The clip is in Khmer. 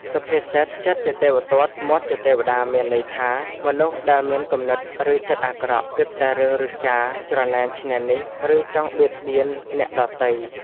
សុភាសិត "ចិត្តជាទេវទត្ត មាត់ជាទេវតា" មានន័យថា មនុស្សដែលមានគំនិត ឬចិត្តអាក្រក់ គិតតែរឿងឫស្យា ច្រណែនឈ្នានីស ឬចង់បៀតបៀនអ្នកដទៃ។